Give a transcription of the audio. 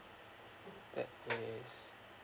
that is